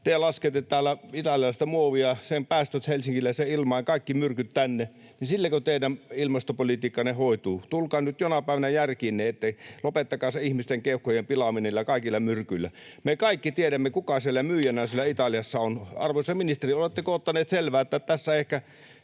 te laskette täällä italialaisen muovin päästöt helsinkiläiseen ilmaan, kaikki myrkyt tänne. Silläkö teidän ilmastopolitiikkanne hoituu? Tulkaa nyt jonain päivänä järkiinne, lopettakaa se ihmisten keuhkojen pilaaminen niillä kaikilla myrkyillä. Me kaikki tiedämme, kuka siellä Italiassa on myyjänä. Arvoisa ministeri, oletteko ottanut selvää, että tässä ehkä